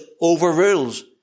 overrules